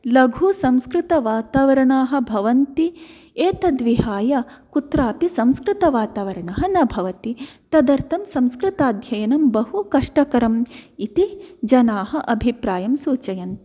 लघुसंस्कृतवातावरणाः भवन्ति एतद् विहाय कुत्रापि संस्कृतवातावरणं न भवति तदर्थं संस्कृताध्ययनं बहुकष्टकरम् इति जनाः अभिप्रायं सूचयन्ति